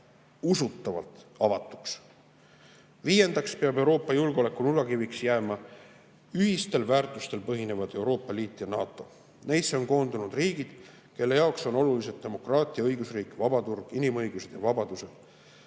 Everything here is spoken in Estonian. usutavalt avatuks. Viiendaks peavad Euroopa julgeoleku nurgakiviks jääma ühistel väärtustel põhinevad Euroopa Liit ja NATO. Neisse on koondunud riigid, kelle jaoks on olulised demokraatia, õigusriik, vabaturg, inimõigused ja vabadused,